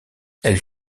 elle